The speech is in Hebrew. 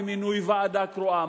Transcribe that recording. ומינוי ועדה קרואה.